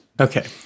Okay